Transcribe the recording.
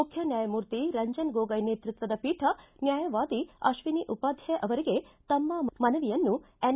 ಮುಖ್ಯ ನ್ಯಾಯಮೂರ್ತಿ ರಂಜನ್ ಗೊಗೋಯ್ ನೇತೃತ್ವದ ಪೀಠ ನ್ಯಾಯವಾದಿ ಅಶ್ವಿನಿ ಉಪಾಧ್ಯಾಯ ಅವರಿಗೆ ತಮ್ಮ ಮನವಿಯನ್ನು ಎನ್